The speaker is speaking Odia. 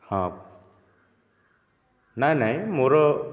ହଁ ନାଇଁ ନାଇଁ ମୋର